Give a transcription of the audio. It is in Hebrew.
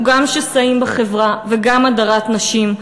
הוא גם שסעים בחברה וגם הדרת נשים.